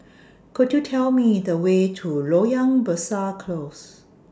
Could YOU Tell Me The Way to Loyang Besar Close